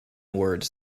words